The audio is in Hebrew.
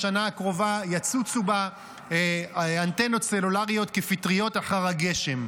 בשנה הקרובה יצוצו בהם אנטנות סלולריות כפטריות אחרי הגשם.